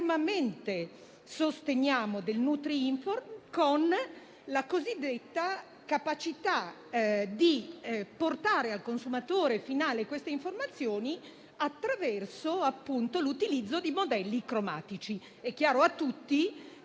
fermamente sosteniamo del nutrinform con la cosiddetta capacità di portare al consumatore finale dette informazioni attraverso l'utilizzo di modelli cromatici.